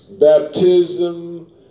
baptism